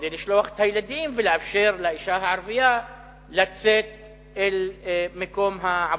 כדי לשלוח את הילדים ולאפשר לאשה הערבייה לצאת אל מקום העבודה.